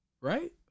right